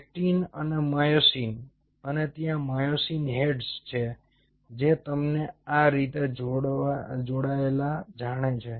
actin અને myosin અને ત્યાં માયોસિન હેડ્સ છે જે તમને આ રીતે જોડાયેલા જાણે છે